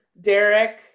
Derek